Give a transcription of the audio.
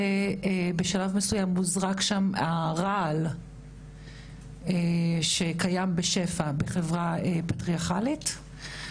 ובשלב מסוים מוזרק שם הרעל שקיים בשפע בחברה פטריארכלית.